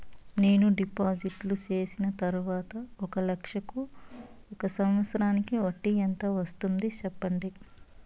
నేను డిపాజిట్లు చేసిన తర్వాత ఒక లక్ష కు ఒక సంవత్సరానికి వడ్డీ ఎంత వస్తుంది? సెప్పండి?